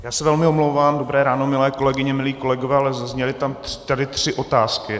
Já se velmi omlouvám dobré ráno, milé kolegyně, milí kolegové , ale zazněly tady tři otázky.